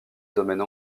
domaine